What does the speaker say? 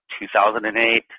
2008